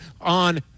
on